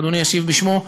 שאדוני ישיב בשמו,